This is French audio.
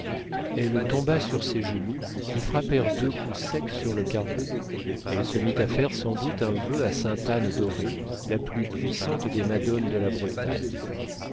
elle tomba sur ses genoux qui frappèrent deux coups secs sur le carreau elle se mit à faire sans doute un vœu à sainte anne d'auray la plus puissante des madones de la bretagne